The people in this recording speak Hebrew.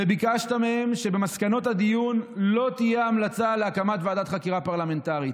וביקשת מהם שבמסקנות הדיון לא תהיה המלצה להקמת ועדת חקירה פרלמנטרית.